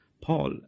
Paul